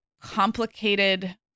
complicated